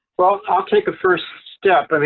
well, i'll take the first step. i mean,